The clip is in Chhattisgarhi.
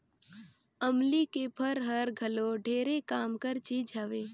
अमली के फर हर घलो ढेरे काम कर चीज हवे